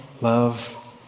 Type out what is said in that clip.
love